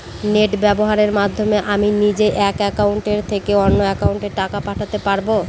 Net ব্যবহারের মাধ্যমে আমি নিজে এক অ্যাকাউন্টের থেকে অন্য অ্যাকাউন্টে টাকা পাঠাতে পারব?